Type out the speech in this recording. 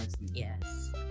Yes